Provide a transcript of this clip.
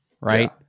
right